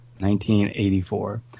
1984